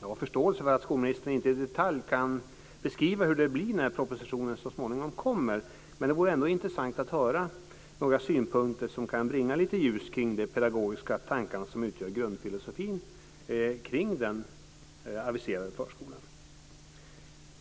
Jag har förståelse för att skolministern inte i detalj kan beskriva hur det blir när propositionen så småningom kommer, men det vore ändå intressant att höra några synpunkter som kan kasta lite ljus över de pedagogiska tankar som utgör grundfilosofin bakom den aviserade förskolan.